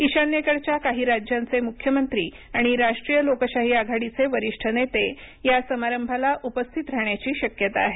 ईशान्येकडच्या काही राज्यांचे मुख्यमंत्री आणि राष्ट्रीय लोकशाही आघाडीचे वरिष्ठ नेते या समारंभाला उपस्थित राहण्याची शक्यता आहे